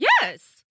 Yes